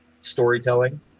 storytelling